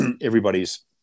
everybody's